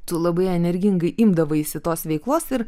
tu labai energingai imdavaisi tos veiklos ir